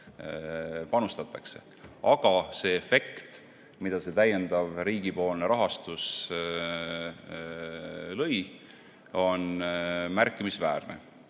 panustatakse. Aga see efekt, mida see täiendav riigipoolne rahastus tõi, on märkimisväärne.